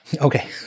Okay